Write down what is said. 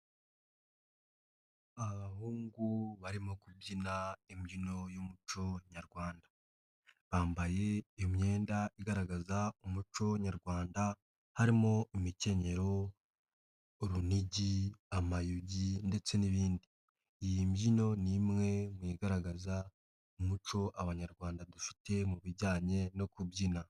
Abahungu barimo kubyina imbyino y'umuco Nyarwanda, bambaye imyenda igaragaza umuco Nyarwanda, harimo imikenyero, urunigi, amayugi, ndetse n'indi. Iyi mbyino ni imwe mu igaragaza umuco abanyarwanda dufite mu bijyanye no kubyina.